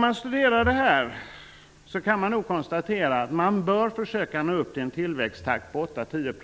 Mot denna bakgrund kan vi konstatera att man bör försöka nå en tillväxttakt på Av exemplet